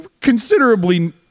considerably